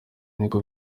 niko